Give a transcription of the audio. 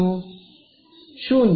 ವಿದ್ಯಾರ್ಥಿ 0